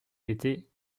était